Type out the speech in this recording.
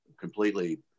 completely